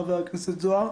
חבר הכנסת זוהר,